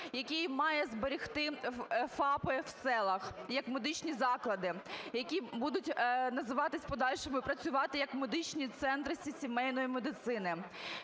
який має зберегти ФАПи в селах як медичні заклади, які будуть називатись в подальшому і працювати як медичні центри сімейної медицини.